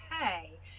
okay